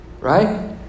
right